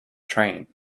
train